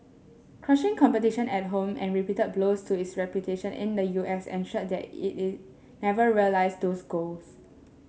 crushing competition at home and repeated blows to its reputation in the U S ensured that it never realised those goals